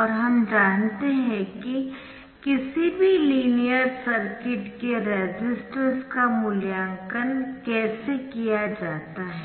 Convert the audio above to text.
और हम जानते है कि किसी भी लीनियर सर्किट के रेसिस्टेंस का मूल्यांकन कैसे किया जाता है